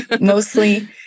mostly